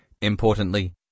Importantly